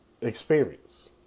experience